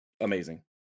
amazing